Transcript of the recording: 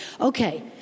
okay